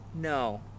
No